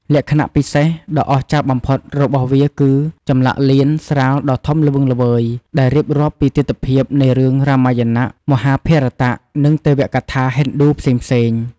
លក្ខណៈពិសេសដ៏អស្ចារ្យបំផុតរបស់វាគឺ ចម្លាក់លៀនស្រាលដ៏ធំល្វឹងល្វើយដែលរៀបរាប់ពីទិដ្ឋភាពនៃរឿងរាមាយណៈ មហាភារតៈ និងទេវកថាហិណ្ឌូផ្សេងៗ ។